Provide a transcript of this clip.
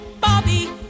Bobby